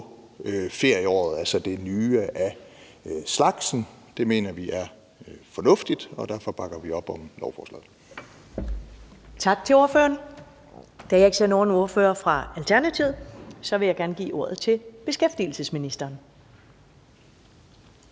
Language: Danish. ferieåret, altså det nye af slagsen. Det mener vi er fornuftigt, og derfor bakker vi op om lovforslaget. Kl. 12:39 Første næstformand (Karen Ellemann): Tak til ordføreren. Da jeg ikke ser nogen ordfører fra Alternativet, vil jeg gerne give ordet til beskæftigelsesministeren.